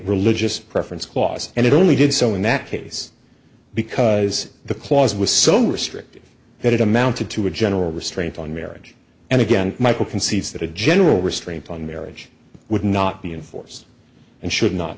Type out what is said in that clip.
religious preference clause and it only did so in that case because the clause was so restrictive that it amounted to a general restraint on marriage and again michael concedes that a general restraint on marriage would not be enforced and should not